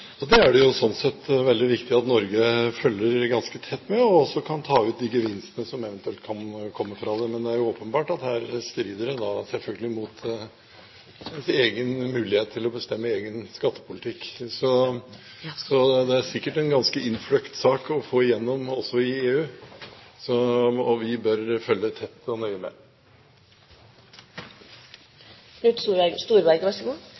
kan ta ut de gevinstene som eventuelt kan komme fra det. Men det er åpenbart at her strider det mot ens egen mulighet til å bestemme egen skattepolitikk. Det er sikkert en ganske innfløkt sak å få igjennom, også i EU, så vi bør følge tett, og nøye, med.